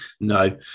no